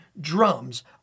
drums